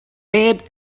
made